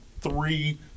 three